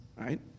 right